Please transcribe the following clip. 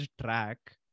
track